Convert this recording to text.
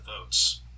votes